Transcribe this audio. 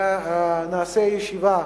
ונעשה ישיבה